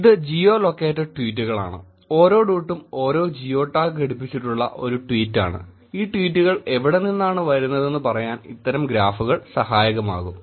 ഇത് geo located ട്വീറ്റുകളാണ് ഓരോ ഡോട്ടും ഒരു ജിയോ ടാഗ് ഘടിപ്പിച്ചിട്ടുള്ള ഒരു ട്വീറ്റാണ് ഈ ട്വീറ്റുകൾ എവിടെ നിന്നാണ് വരുന്നതെന്ന് പറയാൻ ഇത്തരം ഗ്രാഫുകൾ സഹായകമാകും